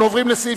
מי בעד?